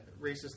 racist